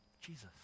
Jesus